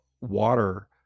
water